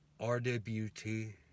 RWT